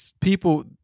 people